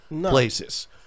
places